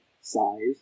size